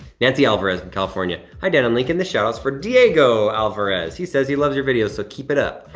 nancy alvarez from and california. hi dan and lincoln, this shout-out is for diego alvarez, he says he loves your videos, so keep it up.